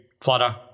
flutter